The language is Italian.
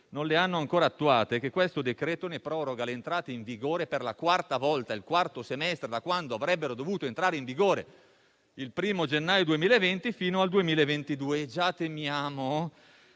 non le hanno ancora attuate e che il provvedimento ne proroga l'entrata in vigore per la quarta volta, per il quarto semestre da quando avrebbero dovuto entrare in vigore, il primo gennaio 2020, fino al 2022. Già temiamo